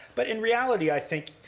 but in reality, i think,